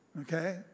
Okay